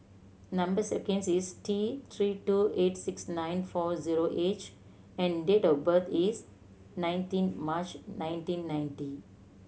number sequence is T Three two eight six nine four zero H and date of birth is nineteen March nineteen ninety